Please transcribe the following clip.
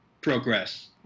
progress